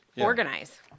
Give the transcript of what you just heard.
organize